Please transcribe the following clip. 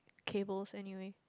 cables anyway